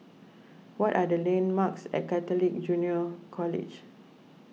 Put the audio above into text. what are the landmarks at Catholic Junior College